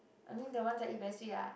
I mean the one that I eat very sweet lah